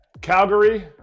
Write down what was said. Calgary